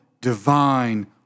divine